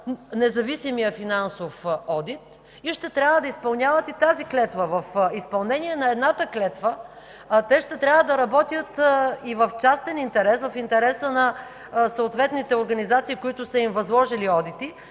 независимия финансов одит и ще трябва да изпълняват и тази клетва. В изпълнение на едната клетва те ще трябва да работят и в частен интерес, в интереса на съответните организации, които са им възложили одити,